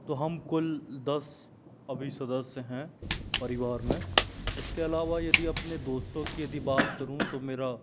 तो हम कुल दस अभी सदस्य हैं परिवार में इसके अलावा यदि अपने दोस्तों की यदि बात करूँ तो मेरा